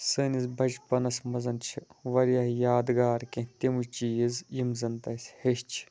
سٲنِس بچپَنَس منٛز چھِ واریاہ یادگار کیٚنہہ تِمہٕ چیٖز یِم زَنتہٕ اَسہِ ہیٚچھ